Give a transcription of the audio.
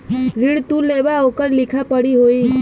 ऋण तू लेबा ओकर लिखा पढ़ी होई